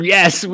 Yes